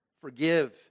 Forgive